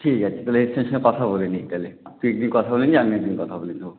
ঠিক আছে তাহলে হেড স্যারের সঙ্গে কথা বলে নিই তাহলে তুই কথা বলে নে আমি একদিন কথা বলে নেবো